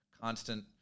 constant